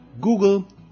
Google